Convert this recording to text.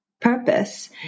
purpose